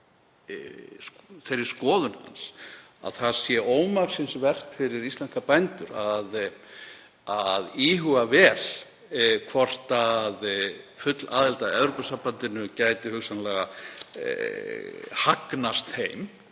deili þeirri skoðun hans að það sé ómaksins vert fyrir íslenska bændur að íhuga vel hvort full aðild að Evrópusambandinu gæti hugsanlega gagnast þeim